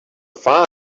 fast